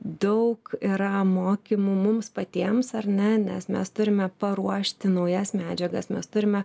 daug yra mokymų mums patiems ar ne nes mes turime paruošti naujas medžiagas mes turime